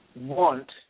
want